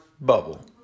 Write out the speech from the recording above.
bubble